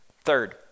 Third